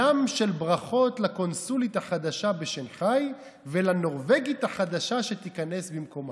ים של ברכות לקונסולית החדשה בשנחאי ולנורבגית החדשה שתיכנס במקומה.